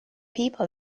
people